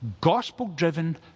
gospel-driven